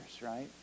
right